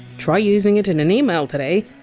try using it in an email today!